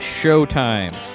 Showtime